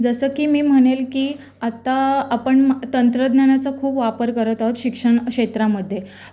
जसं की मी म्हणेल की आत्ता आपण तंत्रज्ञानाचा खूप वापर करत आहोत शिक्षण क्षेत्रामध्ये